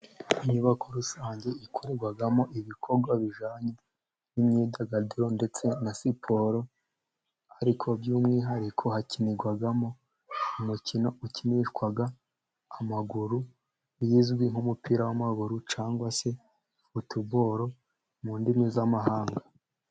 Inyubako rusange ikorerwamo ibikorwa bijyanye n'imyidagaduro ndetse na siporo. Ariko by'umwihariko hakinirwamo umukino wakinishwaga amaguru, uzwi nk'umupira w'amaguru cyangwa se futuboro mu ndimi z'amahanga.